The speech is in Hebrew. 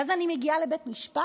ואז אני מגיעה לבית משפט.